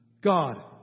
God